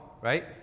right